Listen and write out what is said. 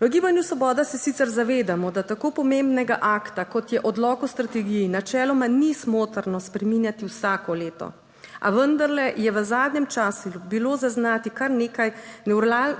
V Gibanju Svoboda se sicer zavedamo, da tako pomembnega akta, kot je odlok o strategiji, načeloma ni smotrno spreminjati vsako leto. A vendarle je v zadnjem času bilo zaznati kar nekaj